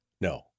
No